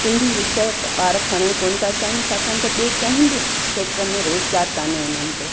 सिंधी विषय ॿार खणणु कोन था चाहिनि छाकाणि त ॿिए कंहिं बि खेत्र में रोज़गारु कोन्हे उन्हनि खे